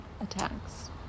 attacks